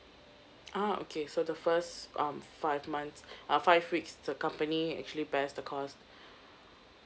ah okay so the first um five months uh five weeks the company actually bears the cost